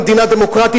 במדינה דמוקרטית,